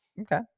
okay